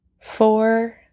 four